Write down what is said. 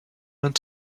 uns